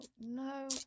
no